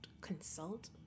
consult